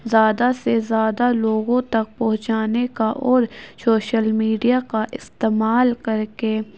زیادہ سے زیادہ لوگوں تک پہنچانے کا اور سوشل میڈیا کا استعمال کر کے